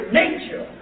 nature